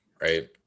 right